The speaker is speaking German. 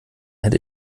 hätte